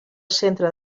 centre